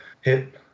hit